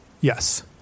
Yes